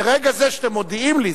מרגע זה שאתם מודיעים לי,